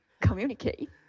communicate